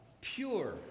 pure